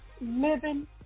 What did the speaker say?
living